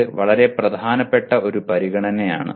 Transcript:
ഇത് വളരെ പ്രധാനപ്പെട്ട ഒരു പരിഗണനയാണ്